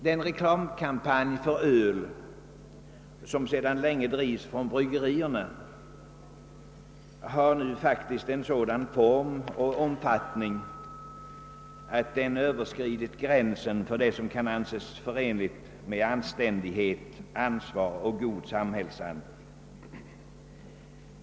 Den reklamkampanj för öl som sedan länge bedrivs av bryggerierna har nu faktiskt fått sådan form och omfattning att den överskridit gränsen för det som kan anses förenligt med anständighet, ansvar och god samhällsanda.